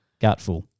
Gutful